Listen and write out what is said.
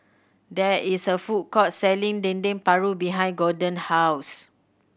there is a food court selling Dendeng Paru behind Gorden house